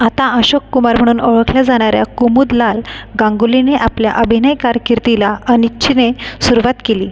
आता अशोक कुमार म्हणून ओळखल्या जाणाऱ्या कुमुदलाल गांगुलीनी आपल्या अभिनय कारकिर्दीला अनिच्छेने सुरवात केली